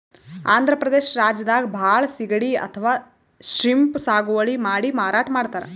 ಆಂಧ್ರ ಪ್ರದೇಶ್ ರಾಜ್ಯದಾಗ್ ಭಾಳ್ ಸಿಗಡಿ ಅಥವಾ ಶ್ರೀಮ್ಪ್ ಸಾಗುವಳಿ ಮಾಡಿ ಮಾರಾಟ್ ಮಾಡ್ತರ್